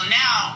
now